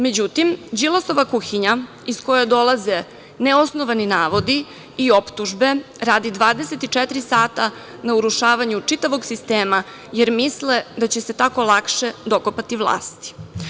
Međutim, Đilasova kuhinja iz koje dolaze neosnovani navodi i optužbe, radi 24 sata na urušavanju čitavog sistema, jer misle da će se tako lakše dokopati vlasti.